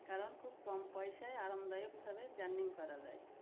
কারণ খুব কম পয়সায় আরামদায়কভাবে জার্নি করা যায়